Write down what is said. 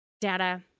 Data